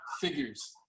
figures